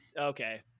Okay